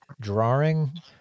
drawing